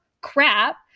crap